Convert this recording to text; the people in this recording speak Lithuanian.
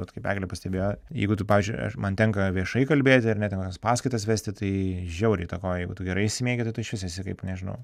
bet kaip eglė pastebėjo jeigu tu pavyzdžiui aš man tenka viešai kalbėti ar ne ten kokias paskaitas vesti tai žiauriai įtakoja jeigu tu gerai išsimiegi tai tu išvis esi kaip nežinau